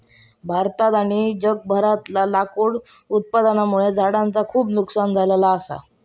भारतात आणि जगभरातला लाकूड उत्पादनामुळे झाडांचा खूप नुकसान झाला असा